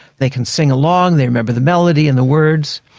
they can sing along, they remember the melody and the words.